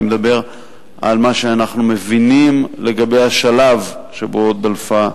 אני מדבר על מה שאנחנו מבינים לגבי השלב שבו דלפה הבחינה.